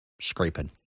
scraping